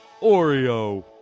Oreo